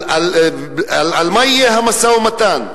על מה יהיה המשא-ומתן?